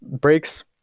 breaks